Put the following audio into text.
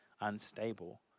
unstable